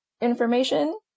information